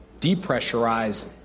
depressurize